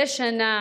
מדי שנה,